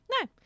no